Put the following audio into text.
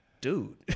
dude